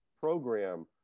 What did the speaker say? program